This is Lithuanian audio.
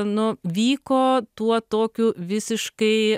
nu vyko tuo tokiu visiškai